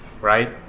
right